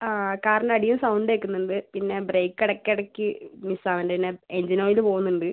കാറിൻ്റെ അടിയിൽ നിന്ന് സൗണ്ട് കേൾക്കുന്നുണ്ട് പിന്നെ ബ്രേക്ക് ഇടയ്ക്ക് ഇടയ്ക്ക് മിസ്സ് ആവുന്നുണ്ട് പിന്നെ എൻജിൻ ഓയില് പോവുന്നുണ്ട്